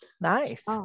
nice